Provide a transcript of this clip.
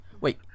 Wait